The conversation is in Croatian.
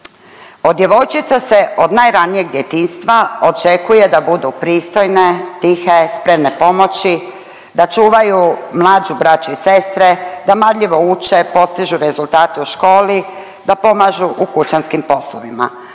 Od djevojčica se od najranijeg djetinjstva očekuje da budu pristojne, tihe, spremne pomoći, da čuvaju mlađu braću i sestre, da marljivo uče, postižu rezultate u školi, da pomažu u kućanskim poslovima.